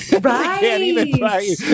Right